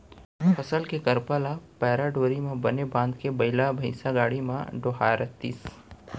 फसल के करपा ल पैरा डोरी म बने बांधके बइला भइसा गाड़ी म डोहारतिस